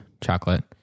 chocolate